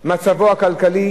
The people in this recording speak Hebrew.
מצבו הכלכלי,